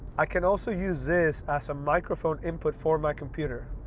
i can also use this as a microphone input for my computer.